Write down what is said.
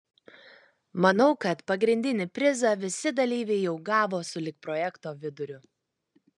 manau kad pagrindinį prizą visi dalyviai jau gavo sulig projekto viduriu